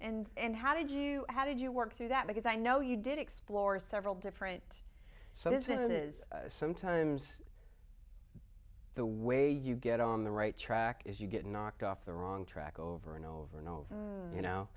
yeah and how did you how did you work through that because i know you did explore several different side is it is sometimes the way you get on the right track is you get knocked off the wrong track over and over and over you know